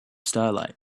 starlight